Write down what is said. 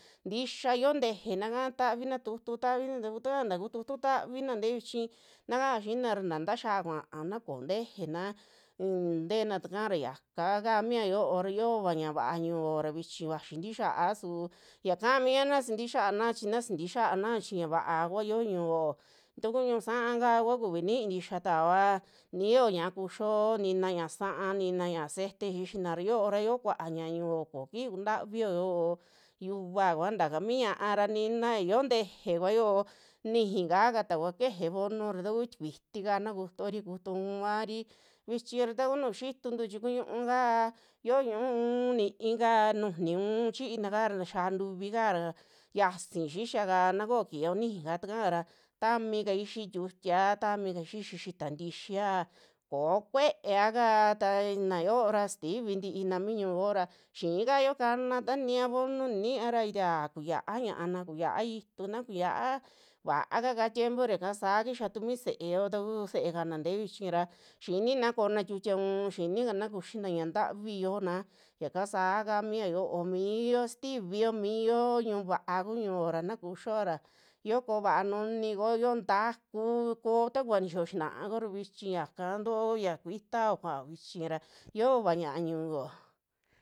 Ntixia yoo tejena kaa tavina tutu tavina, taku takaa ntaku tavina ntee vichi nakao xiina ra na taaxia kuaana koo ntejena untena taka ra yakaa kaa mia yo'o ra xiova ñaa vaa ñuora vichi vaxi ntii xa'a su ya kaamiana xintii xaana chi na sintiana chi ñavaa yio ñu'uo, taku ñu'u sa'a ka kua kuvi nii ntixitaoa, niiyo ña'a kuxio, nina ña'a sa'a, nina ñaa cete xixinara, yo'o ra xio kuaa ñaa ñu'uo koo kiji kuntavio yo'o, yuva kua ntakami ñaa ra nina ya yoo nteje kua xio nijika katakua keje vonu ra takuu tikuitika na kutuori kutu unvaori, vichira takunu xituntu chi kuñuu ka xio ñu'u uun niika nujuni uun chiinaka ra xia ntuvi kara, xiasi xixia ka takoo kiyo nijika takara tami kavi xii tiutia, tamika xixi xita tixia koo kue'ea ka taa nayora sitivi ntiina mii ñuu yo'o ra xikaa xio kana, ta ninia vonu niniya ra inya kuyia'a yaana, kuyia ituna, kuyia vaaka kaa tiempo ra yaka saa kixa tuku mi se'eo taku, se'ekana ntee vichi ra xinina ko'ona tiutia u'un, xinikana kuxina ñaa ntavi yiona yaka saa kami ya yo'o miyo sitivio miyo chi ñu'u vaa ku ñu'uo ra na kuxioa ra yo koo vaa nuni kuyo, yoo ntakuu koo takuva nixiyo xinaa kuora vichi yaka ntoo ya kuitao kuaa vhichi ra xiova ñaa ñu'uo.